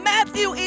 Matthew